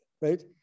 right